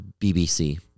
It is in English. BBC